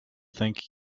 think